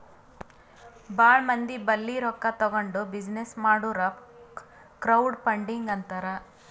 ಭಾಳ ಮಂದಿ ಬಲ್ಲಿ ರೊಕ್ಕಾ ತಗೊಂಡ್ ಬಿಸಿನ್ನೆಸ್ ಮಾಡುರ್ ಕ್ರೌಡ್ ಫಂಡಿಂಗ್ ಅಂತಾರ್